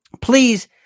Please